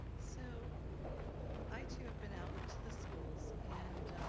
so i too have been out to the schools and